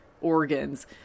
organs